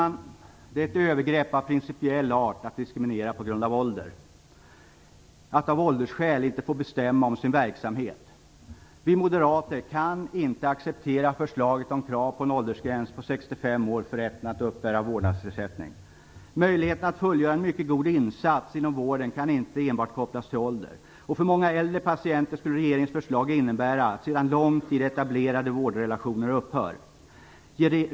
Det är ett övergrepp av principiell art att diskriminera på grund av ålder; att man av åldersskäl inte får bestämma över sin verksamhet. Vi moderater kan inte acceptera förslaget om krav på en åldersgräns på 65 år för rätten att uppbära vårdersättning. Möjligheten att fullgöra en mycket god insats inom vården kan inte enbart kopplas till åldern. För många äldre patienter skulle regeringens förslag innebära att för länge sedan etablerade vårdrelationer upphör.